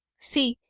see,